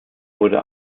wurde